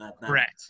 Correct